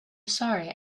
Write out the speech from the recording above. sorry